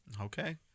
Okay